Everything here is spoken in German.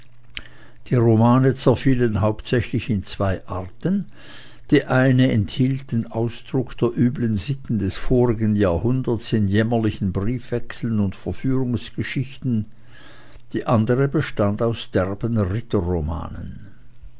die romane zerfielen hauptsächlich in zwei arten die eine enthielt den ausdruck der üblen sitten des vorigen jahrhunderts in jämmerlichen briefwechseln und verführungsgeschichten die andere bestand aus derben